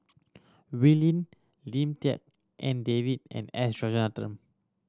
Wee Lin Lim Tik En David and S